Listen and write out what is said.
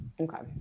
okay